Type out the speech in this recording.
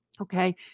Okay